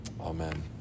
Amen